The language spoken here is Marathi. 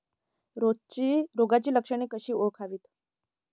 रोगाची लक्षणे कशी ओळखावीत?